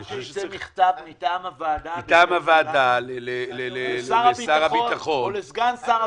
אפשר שייצא מכתב מטעם הוועדה לשר הביטחון או לסגן שר הביטחון?